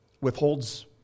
withholds